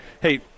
Hey